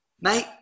Mate